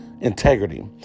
integrity